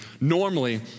Normally